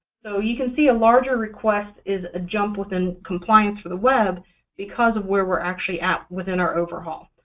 so you can see a larger request is a jump within compliance for the web because of where we're actually at within our overhaul.